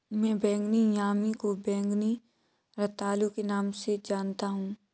मैं बैंगनी यामी को बैंगनी रतालू के नाम से जानता हूं